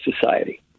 Society